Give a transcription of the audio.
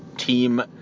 Team